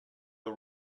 the